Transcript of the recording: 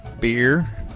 beer